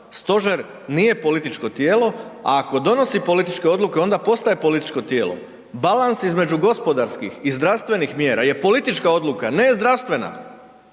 Stožer nije političko tijelo, a ako donosi političke odluke onda postaje političko tijelo. Balans između gospodarskih i zdravstvenih mjera je politička odluka, ne zdravstvena.